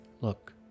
Look